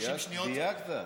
דייקת.